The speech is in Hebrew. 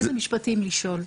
איזה משפטים לשאול.